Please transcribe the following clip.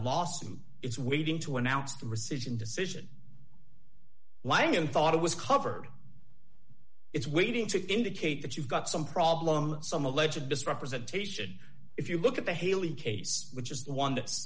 lawsuit it's waiting to announce the rescission decision langan thought it was covered it's waiting to indicate that you've got some problem some alleged misrepresentation if you look at the haley case which is the one that